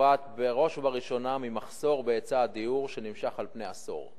נובעת בראש ובראשונה ממחסור בהיצע הדיור שנמשך על-פני עשור.